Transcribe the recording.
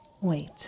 Wait